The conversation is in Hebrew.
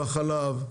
בחלב.